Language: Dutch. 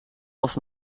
was